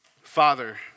Father